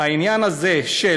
העניין הזה של